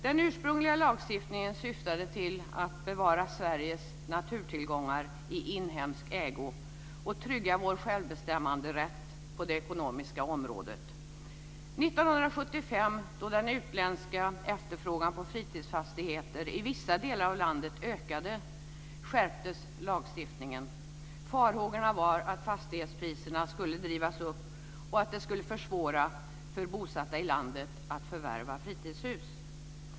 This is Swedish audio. Den ursprungliga lagstiftningen syftade till att bevara Sveriges naturtillgångar i inhemsk ägo och trygga vår självbestämmanderätt på det ekonomiska området. 1975, då den utländska efterfrågan på fritidsfastigheter i vissa delar av landet ökade, skärptes lagstiftningen. Farhågorna gällde att fastighetspriserna skulle drivas upp och att det skulle försvåra för bosatta i landet att förvärva fritidshus.